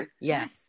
Yes